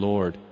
Lord